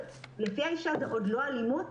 כשלפי האישה זה עדיין לא אלימות,